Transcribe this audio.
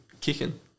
kicking